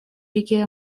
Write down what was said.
реки